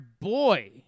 boy